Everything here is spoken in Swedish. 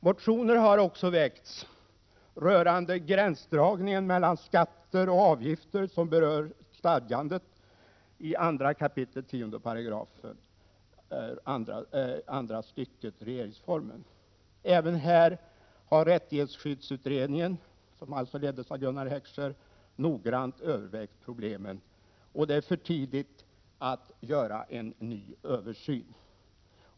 Motioner har också väckts rörande gränsdragningen mellan skatter och avgifter, en fråga som berör stadgandet i 2 kap. 10 § andra stycket RF. Även här har rättighetsskyddsutredningen, som alltså leddes av Gunnar Heckscher, noggrant övervägt problemen. Det är för tidigt att göra en ny översyn.